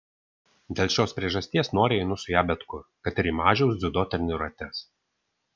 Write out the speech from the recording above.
dėl šios priežasties noriai einu su ja bet kur kad ir į mažiaus dziudo treniruotes